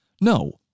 No